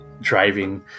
driving